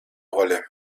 rolle